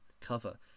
cover